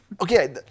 okay